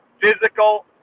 physical